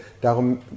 darum